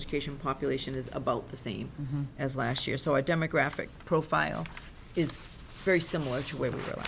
education population is about the same as last year so i demographic profile is very similar to able to